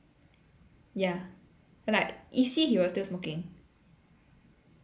ya like E_C he was still smoking